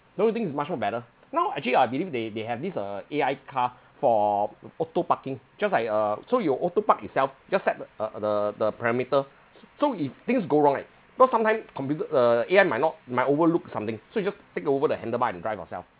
don't you think it's much more better now actually I believe they they have this uh A_I car for auto parking just like uh so it'll auto park itself just set the uh the the perimeter so if things go wrong right cause sometime computer uh A_I might not might overlook something so you just take over the handlebar and drive yourself